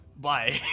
Bye